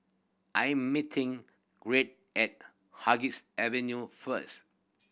I am meeting Gregg at Avenue first